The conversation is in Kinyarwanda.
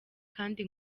kandi